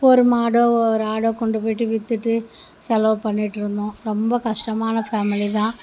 ஒரு மாடோ ஒரு ஆடோ கொண்டு போயிவிட்டு விற்றுட்டு செலவு பண்ணிகிட்டு இருந்தோம் ரொம்ப கஷ்டமான ஃபேமிலி தான்